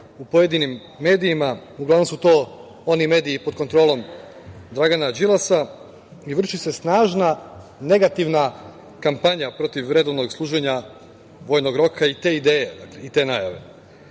u pojedinim medijima, uglavnom su to oni mediji pod kontrolom Dragana Đilasa, i vrši se snažna negativna kampanja protiv redovnog služenja vojnog roka i te ideje i te najave. Doduše,